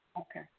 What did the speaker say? Okay